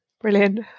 brilliant